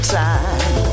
time